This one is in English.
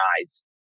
eyes